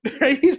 Right